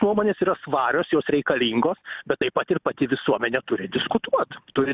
nuomonės yra svarios jos reikalingos bet taip pat ir pati visuomenė turi diskutuot turi